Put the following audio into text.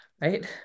Right